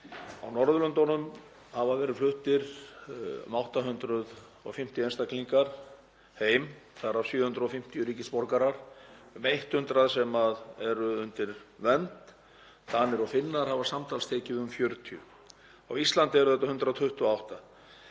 Á Norðurlöndunum hafa verið fluttir um 850 einstaklingar heim, þar af 750 ríkisborgarar, um 100 sem eru undir vernd. Danir og Finnar hafa samtals tekið um 40. Á Íslandi eru þetta 128.